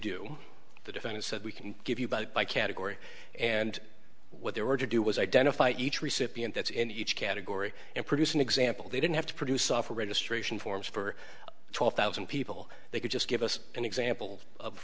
do the defendant said we can give you about by category and what they were to do was identify each recipient that's in each category and produce an example they didn't have to produce software registration forms for twelve thousand people they could just give us an example of